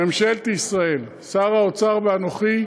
ממשלת ישראל, שר האוצר ואנוכי,